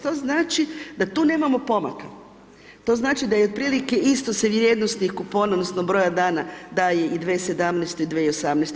To znači da tu nemamo pomaka, to znači da je otprilike isto se vrijednosni kupon odnosno broja dana daje i 2017. i 2018.